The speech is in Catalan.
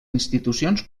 institucions